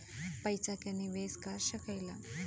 पइसा के निवेस कर सकेला